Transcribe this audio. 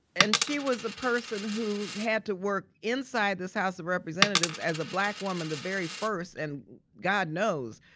and she was a person who had to work inside this house of representatives as a black woman, the very first and god knows,